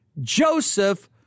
Joseph